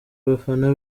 abafana